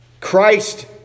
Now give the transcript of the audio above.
Christ